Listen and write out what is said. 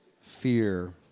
Fear